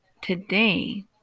Today